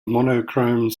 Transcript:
monochrome